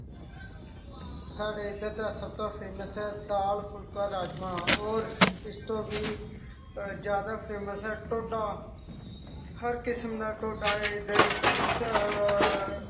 साढ़े इद्धर दा सबतों फेमस ऐ दाल फुल्का राजमा और इसतो बी ज्यादा फेमस ऐ ढोडा हर किस्म दा ढोडा ऐ इद्धर